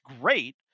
great